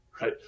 right